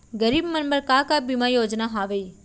गरीब मन बर का का बीमा योजना हावे?